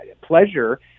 pleasure